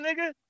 nigga